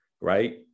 right